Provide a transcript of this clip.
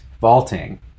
vaulting